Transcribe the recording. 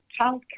childcare